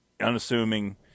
unassuming